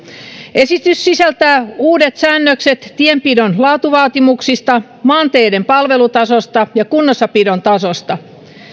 esitys sisältää uudet säännökset tienpidon laatuvaatimuksista maanteiden palvelutasosta ja kunnossapidon tasosta